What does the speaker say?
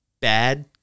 bad